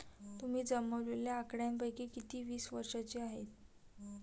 तुम्ही जमवलेल्या आकड्यांपैकी किती वीस वर्षांचे आहेत?